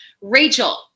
Rachel